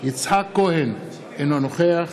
יצחק כהן, אינו נוכח